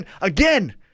again